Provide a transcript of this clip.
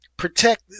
protect